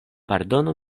pardonu